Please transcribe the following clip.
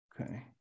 okay